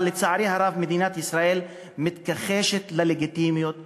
אבל לצערי הרב מדינת ישראל מתכחשת ללגיטימיות שלהם.